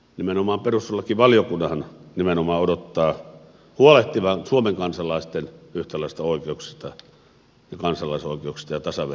nimenomaan perustuslakivaliokunnanhan odottaa huolehtivan suomen kansalaisten yhtäläisistä oikeuksista kansalaisoikeuksista ja tasavertaisuudesta